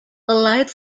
allied